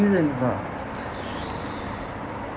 ah